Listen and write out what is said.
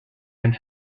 and